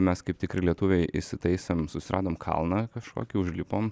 mes kaip tikri lietuviai įsitaisėm susiradom kalną kažkokį užlipom